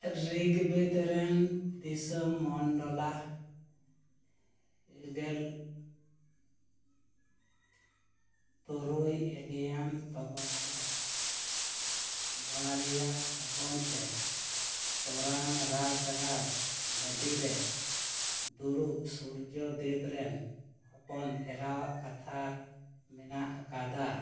ᱨᱤᱜᱽᱵᱮᱫ ᱨᱮᱱ ᱫᱚᱥᱚᱢ ᱢᱚᱱᱰᱚᱞᱟᱜ ᱮᱜᱮᱞ ᱛᱩᱨᱩᱭ ᱮᱞᱤᱭᱟᱱ ᱥᱛᱚᱵᱚᱠ ᱨᱮ ᱵᱟᱨᱭᱟ ᱥᱟᱫᱚᱢ ᱛᱮ ᱚᱨᱟᱱ ᱨᱟᱛ ᱨᱟᱛ ᱜᱟᱹᱰᱤᱨᱮ ᱫᱩᱲᱩᱵ ᱥᱩᱨᱡᱚ ᱫᱮᱵᱽ ᱨᱮᱱ ᱦᱚᱯᱚᱱ ᱮᱨᱟᱣᱟᱜ ᱠᱟᱛᱷᱟ ᱢᱮᱱᱟᱜ ᱟᱠᱟᱫᱟ